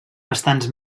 bastants